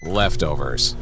leftovers